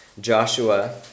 Joshua